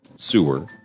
Sewer